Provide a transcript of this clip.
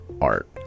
art